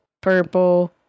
purple